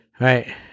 Right